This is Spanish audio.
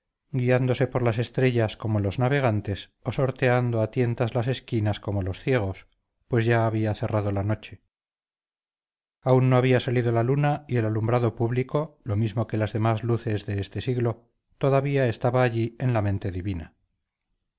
guiándose por las estrellas como los navegantes o sorteando a tientas las esquinas como los ciegos pues ya había cerrado la noche aún no había salido la luna y el alumbrado público lo mismo que las demás luces de este siglo todavía estaba allí en la mente divina